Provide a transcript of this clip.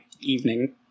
evening